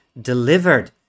delivered